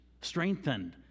Strengthened